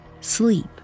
sleep